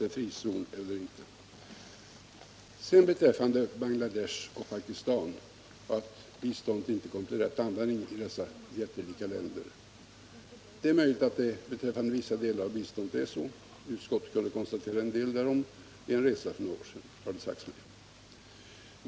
Det är möjligt att det när det gäller vissa delar av biståndet till Bangladesh och Pakistan är riktigt att dessa inte kommer till rätt användning i dessa jättelika länder. Utskottet kunde, har det sagts mig, konstatera en del därom vid en resa för några år sedan.